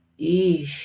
Eesh